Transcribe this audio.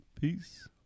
Peace